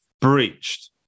breached